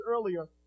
earlier